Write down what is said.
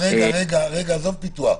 עזוב פיתוח.